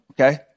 Okay